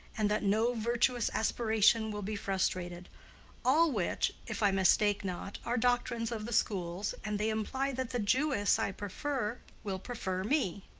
and that no virtuous aspiration will be frustrated all which, if i mistake not, are doctrines of the schools, and they imply that the jewess i prefer will prefer me.